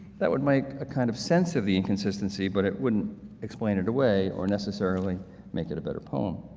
that would make a kind of sense of the inconsistency, but it wouldn't explain it away or necessarily make it a better poem.